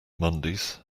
mondays